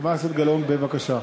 חברת הכנסת גלאון, בבקשה.